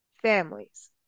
families